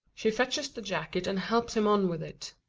she fetches the jacket and helps him on with it.